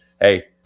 Hey